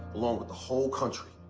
along with the whole country,